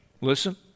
Listen